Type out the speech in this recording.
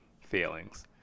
feelings